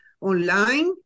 online